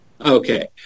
Okay